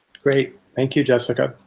great. thank you, jessica.